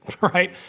Right